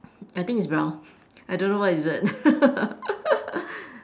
I think it's brown I don't know what is it